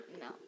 No